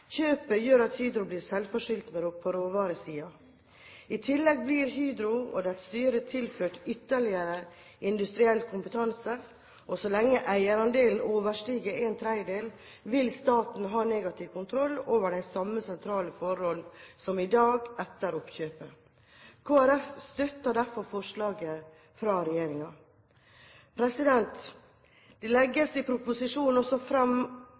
Kjøpet gjør at Hydro blir selvforsynt på råvaresiden. I tillegg blir Hydro og dets styre tilført ytterligere industriell kompetanse. Så lenge eierandelen overstiger en tredjedel, vil staten ha negativ kontroll over de samme sentrale forhold som i dag etter oppkjøpet. Kristelig Folkeparti støtter derfor forslaget fra regjeringen. Det legges i proposisjonen også fram